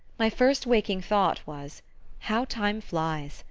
my first waking thought was how time flies!